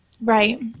right